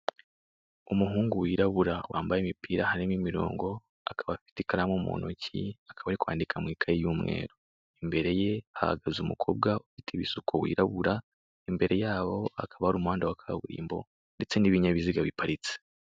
Umuhungu wirabura wambaye imipira harimo imirongo akaba afite ikaramu mu ntoki, akaba arikwandika mu ikayi y'umweru. Imbere ye hahagaze umukoba ufite ibisuko wirabura, imbere yabo hakaba hari umuhanda wa kaburimbo ndetse n'ibinyabiziga biparitse.